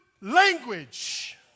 language